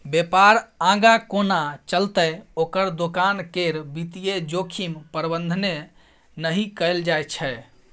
बेपार आगाँ कोना चलतै ओकर दोकान केर वित्तीय जोखिम प्रबंधने नहि कएल छै